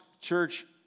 church